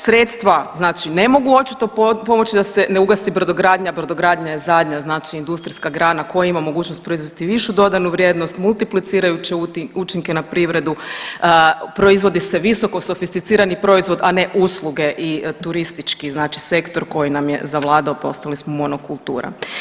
Sredstva znači ne mogu očito pomoći da se ne ugasi brodogradnja, brodogradnja je zadnja znači industrijska grana koja ima mogućnost proizvesti višu dodanu vrijednost, multiplicirajuće učinke na privredu, proizvodi se visoko sofisticirani proizvod a ne usluge i turistički znači sektor koji nam je zavladao, postali smo monokultura.